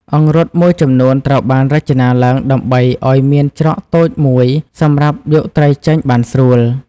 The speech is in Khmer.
អង្រុត មួយចំនួនត្រូវបានរចនាឡើងដើម្បីឲ្យមានច្រកតូចមួយ សម្រាប់យកត្រីចេញបានស្រួល។